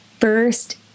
first